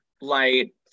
light